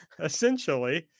Essentially